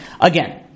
Again